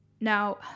Now